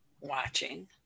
watching